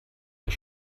des